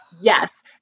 yes